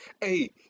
Hey